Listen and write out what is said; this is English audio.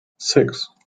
six